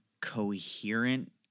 coherent